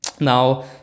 now